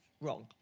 wrong